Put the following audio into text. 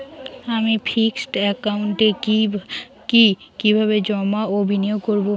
আমি ফিক্সড একাউন্টে কি কিভাবে জমা ও বিনিয়োগ করব?